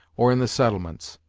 or in the settlements.